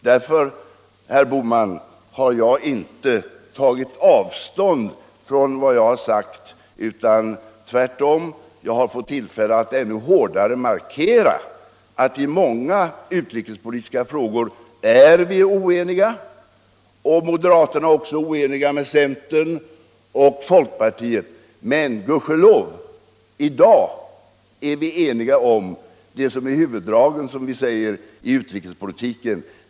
Därför, herr Bohman, har jag inte tagit avstånd från vad jag har sagt, utan jag har tvärtom fått tillfälle att ännu hårdare markera att i många utrikespolitiska frågor är vi oeniga — och moderaterna är också oeniga med centern och folkpartiet. Men, gudskelov, i dag är vi eniga om det som är huvuddragen i vår utrikespolitik.